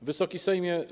Wysoki Sejmie!